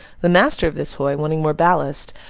the master of this hoy, wanting more ballast,